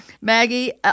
Maggie